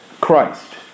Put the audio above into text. Christ